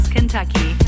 Kentucky